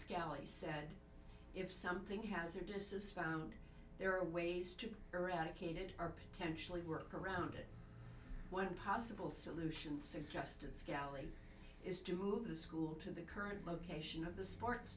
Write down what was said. scally said if something hazardous is found there are ways to eradicated are potentially work around it one possible solution suggested scally is to move the school to the current location of the sports